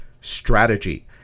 strategy